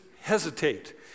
hesitate